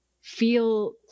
feel